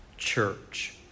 church